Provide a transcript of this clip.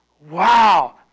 wow